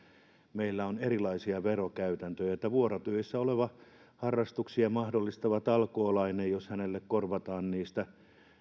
meillä on erilaisia verokäytäntöjä jos vuorotöissä olevalle harrastuksia mahdollistavalle talkoolaiselle korvataan niistä